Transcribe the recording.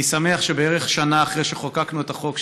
אני שמח שבערך שנה אחרי שחוקקנו את החוק,